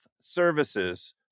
Services